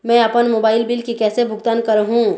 मैं अपन mobile bill के कैसे भुगतान कर हूं?